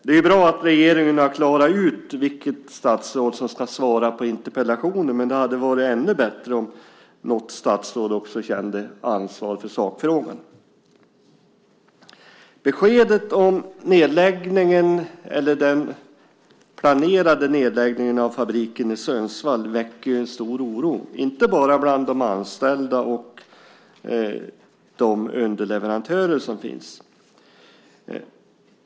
Det är ju bra att regeringen har klarat ut vilket statsråd som ska svara på interpellationen, men det hade varit ännu bättre om något statsråd kände ansvar för sakfrågan. Beskedet om den planerade nedläggningen av fabriken i Sundsvall väcker stor oro, inte bara bland de anställda och underleverantörerna.